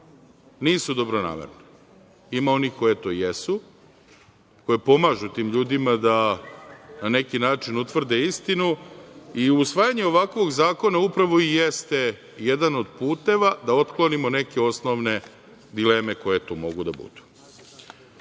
nisu dobronamerne. Ima onih koje to jesu, koje pomažu tim ljudima da na neki način utvrde istinu. Usvajanje ovakvog zakona upravo i jeste jedan od puteva da otklonimo neke osnovne dileme koje tu mogu da budu. Ovde